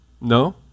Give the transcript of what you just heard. No